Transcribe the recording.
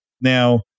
Now